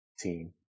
team